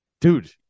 dude